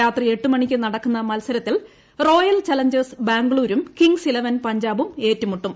രാത്രി എട്ടുമണിക്ക് നടക്കുന്ന മത്സരത്തിൽ റോയൽ ചലഞ്ചേഴ്സ് ബാംഗ്ലൂരും കിങ്സ് ഇലവൻ പഞ്ചാബും ഏറ്റുമുട്ടും